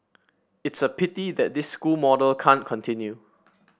it's a pity that this school model can't continue